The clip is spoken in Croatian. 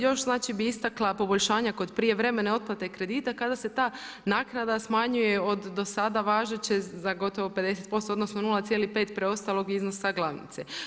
Još znači bih istakla poboljšanja kod prijevremene otplate kredita kada se ta naknada smanjuje od do sada važeće za gotovo 50%, odnosno 0,5 preostalog iznosa glavnice.